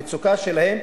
המצוקה שלהם,